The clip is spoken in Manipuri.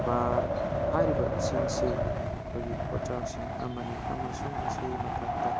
ꯕꯥꯔ ꯍꯥꯏꯔꯤꯕꯁꯤꯡꯁꯤ ꯑꯩꯈꯣꯏꯒꯤ ꯄꯣꯠꯆꯥꯏꯁꯤꯡ ꯑꯃꯅꯤ ꯑꯃꯁꯨꯡ ꯃꯁꯤꯒꯤ ꯃꯊꯛꯇ